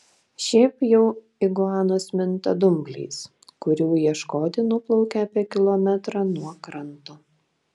šiaip jau iguanos minta dumbliais kurių ieškoti nuplaukia apie kilometrą nuo kranto